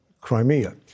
Crimea